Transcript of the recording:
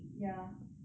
ya